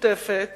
משותפת